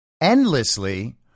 endlessly